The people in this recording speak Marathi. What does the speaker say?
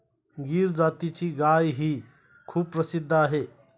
गीर जातीची गायही खूप प्रसिद्ध आहे